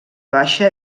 baixa